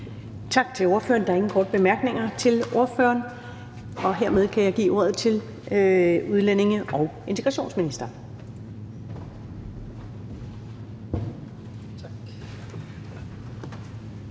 Tak til ordføreren. Der er ingen korte bemærkninger til ordføreren, og hermed kan jeg give ordet til klima-, energi- og forsyningsministeren.